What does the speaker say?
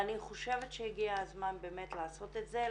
ואני חושבת שהגיע הזמן באמת לעשות את זה,